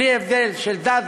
בלי הבדל של דת,